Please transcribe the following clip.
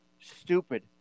stupid